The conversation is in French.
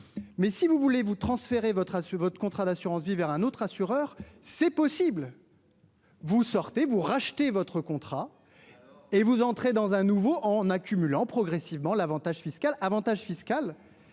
Mais si vous voulez-vous transférer votera sur votre contrat d'assurance-vie vers un autre assureur, c'est possible. Vous sortez vous rachetez votre contrat. Et vous entrez dans un nouveau en accumulant progressivement l'Avantage fiscal